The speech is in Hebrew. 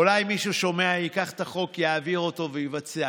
אולי מישהו שומע, ייקח את החוק, יעביר אותו ויבצע.